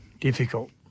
Difficult